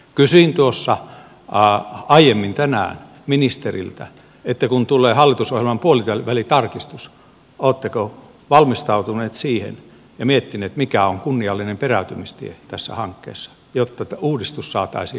kysyin aiemmin tänään ministeriltä kun tulee hallitusohjelman puolivälitarkistus oletteko valmistautuneet siihen ja miettineet mikä on kunniallinen peräytymistie tässä hankkeessa jotta uudistus saataisiin oikealle raiteelle